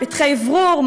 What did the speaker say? פתחי אוורור,